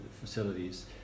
facilities